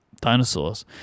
dinosaurs